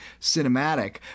cinematic